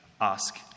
Ask